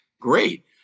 Great